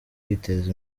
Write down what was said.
kwiteza